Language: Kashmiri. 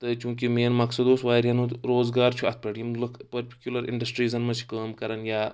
تہٕ چوٗنٛکہِ مین مقصد اوس واریاہَن ہُنٛد روزگار چھُ اَتھ پؠٹھ یِم لُکھ پٔٹِکیوٗلَر اِنڈَسٹریٖزَن منٛز چھِ کٲم کَران یا